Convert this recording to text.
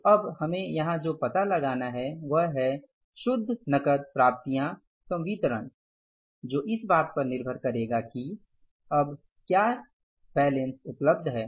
तो अब हमें यहां जो पता लगाना है वह है शुध्ह कैश प्राप्तियां संवितरण जो इस बात पर निर्भर करेगा कि अब क्या बैलेंस उपलब्ध है